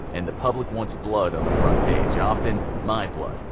and the public wants blood on the front page. often my blood.